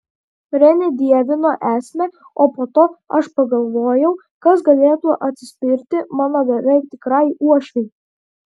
renė dievino esmę o po to aš pagalvojau kas galėtų atsispirti mano beveik tikrai uošvei